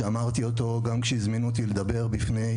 ואמרתי אותו גם כשהזמינו אותי לדבר בפני